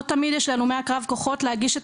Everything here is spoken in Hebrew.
לא תמיד יש להלומי הקרב כוחות להגיש את